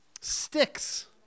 sticks